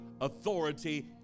authority